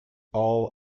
all